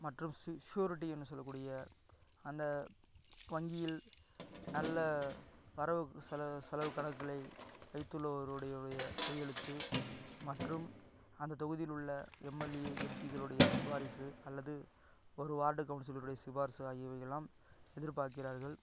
மற்றும் ஸூ ஸூரிட்டி என்று சொல்லக்கூடிய அந்த வங்கியில் நல்ல வரவு செல செலவு கணக்குகளை வைத்துள்ளோருடைய உடைய கையெழுத்து மற்றும் அந்த தொகுதியில் உள்ள எம்எல்ஏ எம்பிகளுடைய சிபாரிசு அல்லது ஒரு வார்டு கவுன்சிலருடைய சிபாரிசு ஆகியவைகளெல்லாம் எதிர்பாக்கிறார்கள்